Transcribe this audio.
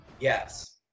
Yes